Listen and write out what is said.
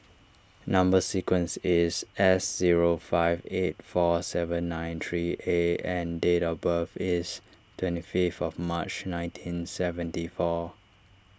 Number Sequence is S zero five eight four seven nine three A and date of birth is twenty fifth of March nineteen seventy four